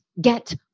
get